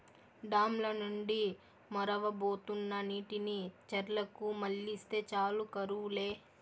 dam ల నుండి మొరవబోతున్న నీటిని చెర్లకు మల్లిస్తే చాలు కరువు లే